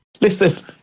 Listen